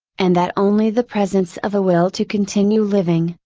and that only the presence of a will to continue living,